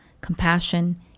compassion